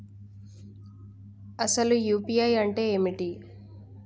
అసలు యూ.పీ.ఐ అంటే ఏమిటి?